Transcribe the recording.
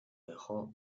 dejó